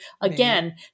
again